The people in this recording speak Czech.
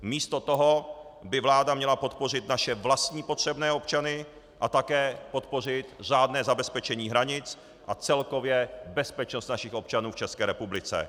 Místo toho by vláda měla podpořit naše vlastní potřebné občany a také podpořit řádné zabezpečení hranic a celkově bezpečnost našich občanů v České republice.